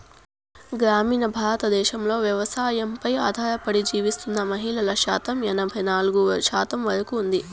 గ్రామీణ భారతదేశంలో వ్యవసాయంపై ఆధారపడి జీవిస్తున్న మహిళల శాతం ఎనబై నాలుగు శాతం వరకు ఉంది